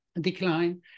decline